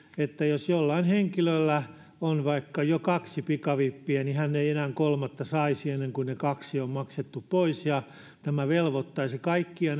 että jos jollain henkilöllä on vaikka jo kaksi pikavippiä niin hän ei enää kolmatta saisi ennen kuin ne kaksi on maksettu pois tämä velvoittaisi kaikkia